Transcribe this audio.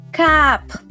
CAP